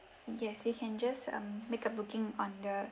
yes you can just um make a booking on the